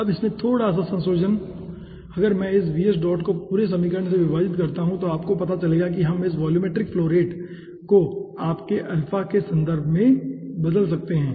अब इसमें थोड़ा सा संशोधन अगर मैं इस को पूरे समीकरण से विभाजित करता हूं तो आपको पता चलेगा कि हम इस वॉल्यूमेट्रिक फ्लो रेट को आपके अल्फा के संदर्भ में बदल सकते हैं